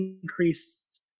increased